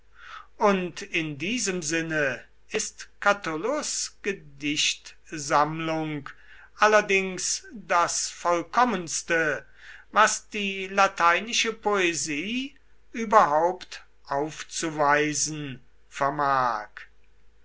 und in diesem sinne ist catullus gedichtsammlung allerdings das vollkommenste was die lateinische poesie überhaupt aufzuweisen vermag